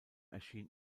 erschien